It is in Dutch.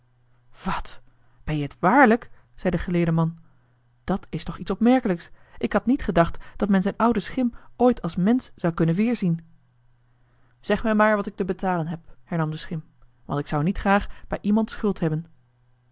wat ben je het waarlijk zei de geleerde man dat is toch iets opmerkelijks ik had niet gedacht dat men zijn ouden schim ooit als mensch zou kunnen weerzien zeg mij maar wat ik te betalen heb hernam de schim want ik zou niet graag bij iemand schuld hebben